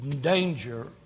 danger